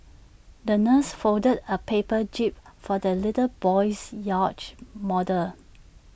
the nurse folded A paper jib for the little boy's yacht model